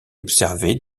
observé